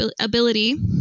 ability